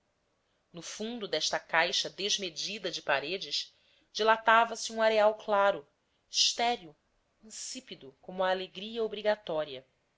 no fundo desta caixa desmedida de paredes dilatava se um areal claro estéril insípido como a alegria obrigatória